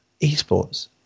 esports